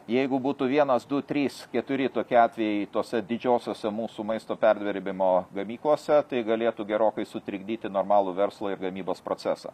jeigu būtų vienas du trys keturi tokie atvejai tose didžiosiose mūsų maisto perdirbimo gamyklose tai galėtų gerokai sutrikdyti normalų verslo ir gamybos procesą